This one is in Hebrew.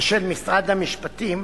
ושל משרד המשפטים,